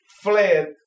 fled